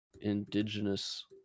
indigenous